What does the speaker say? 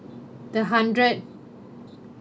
the hundred